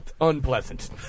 unpleasant